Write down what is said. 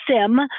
Sim